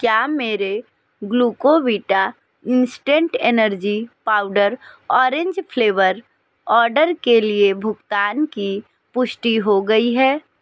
क्या मेरे Glucovita instant energy powder orange flavour order के लिए भुगतान की पुष्टि हो गई है